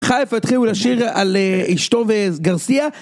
חיפה תחילו לשיר על אשתו וגרסיה